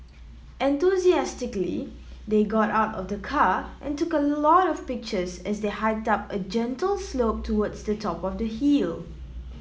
enthusiastically they got out of the car and took a lot of pictures as they hiked up a gentle slope towards the top of the hill